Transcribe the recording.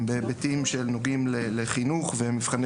הם בהיבטים שנוגעים לחינוך ומבחני